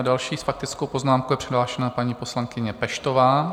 Další s faktickou poznámkou je přihlášena paní poslankyně Peštová.